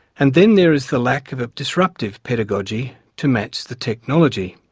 and then there is the lack of a disruptive pedagogy to match the technology.